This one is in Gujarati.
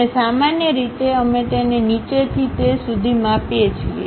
અને સામાન્ય રીતે અમે તેને નીચેથી તે સુધી માપીએ છીએ